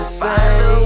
say